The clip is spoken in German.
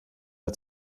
der